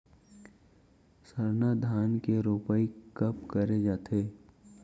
सरना धान के रोपाई कब करे जाथे?